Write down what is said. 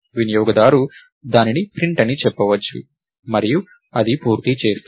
వినియోగదారు దానిని ప్రింట్ అని చెప్పవచ్చు మరియు అది పూర్తి చేస్తుంది